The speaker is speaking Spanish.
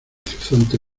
horizonte